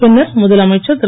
பின்னர் முதலமைச்சர் திரு